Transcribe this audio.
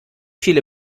viele